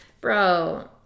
bro